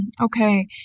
Okay